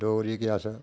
डोगरी दे अस